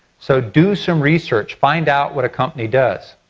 so do some research. find out what a company does.